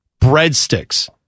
breadsticks